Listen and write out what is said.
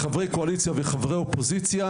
לחברי הקואליציה ולחברי האופוזיציה,